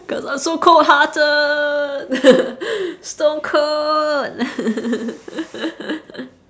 cuz I'm so cold hearted stone cold